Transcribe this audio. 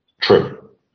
True